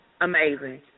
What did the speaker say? Amazing